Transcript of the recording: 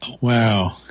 wow